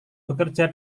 bekerja